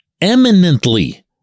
eminently